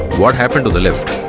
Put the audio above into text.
what happened to the lift?